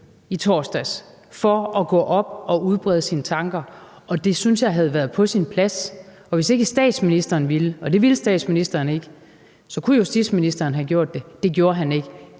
i torsdags for at gå op og udbrede sine tanker. Det synes jeg havde været på sin plads. Og hvis ikke statsministeren ville, og det ville statsministeren ikke, så kunne justitsministeren have gjort det. Det gjorde han ikke.